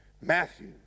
Matthew